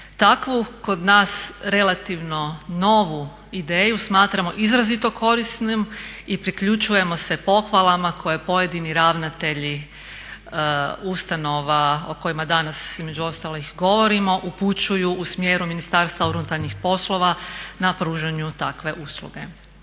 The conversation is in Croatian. Takvu kod nas relativno novu ideju smatramo izrazito korisnim i priključujemo se pohvalama koje pojedini ravnatelji ustanova o kojima danas između ostalih govorimo upućuju u smjeru Ministarstva unutarnjih poslova na pružanju takve usluge.